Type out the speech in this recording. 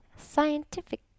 scientific